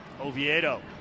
Oviedo